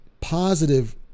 positive